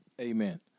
Amen